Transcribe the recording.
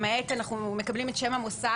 למעט זה שאנחנו מקבלים את שם המוסד,